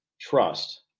trust